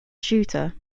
shooter